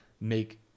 make